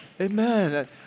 amen